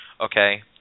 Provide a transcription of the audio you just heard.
Okay